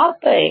ఆపై